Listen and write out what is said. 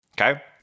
Okay